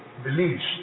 beliefs